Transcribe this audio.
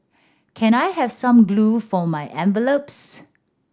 can I have some glue for my envelopes